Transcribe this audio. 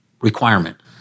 requirement